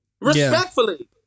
respectfully